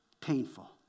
painful